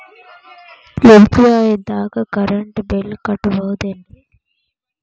UPI ದಾಗ current bill ಕಟ್ಟಬಹುದೇನ್ರಿ?